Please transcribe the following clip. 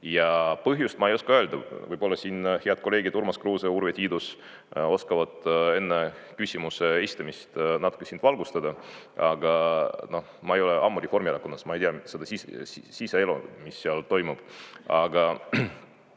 Ja põhjust selleks ma ei oska öelda. Võib-olla head kolleegid Urmas Kruuse ja Urve Tiidus oskavad enne küsimuse esitamist natuke sind valgustada. Aga ma ei ole ammu enam Reformierakonnas, ma ei tea seda siseelu, mis seal toimub. Aga